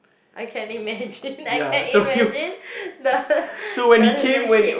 I can imagine I can imagine the the the shit